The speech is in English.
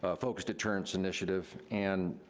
ah focused deterrence initiative and